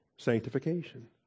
sanctification